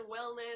wellness